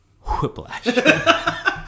Whiplash